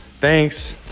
Thanks